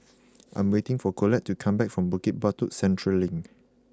I am waiting for Colette to come back from Bukit Batok Central Link